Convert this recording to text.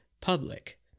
public